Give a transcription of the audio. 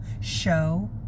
show